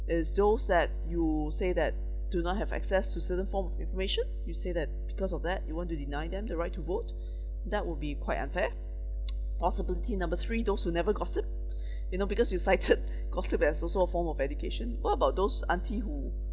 is those that you say that do not have access to certain forms of information you say that because of that you want to deny them the right to vote that will be quite unfair possibility number three those who never gossip you know because you cited gossip as also a form of education what about those aunty who